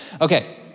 Okay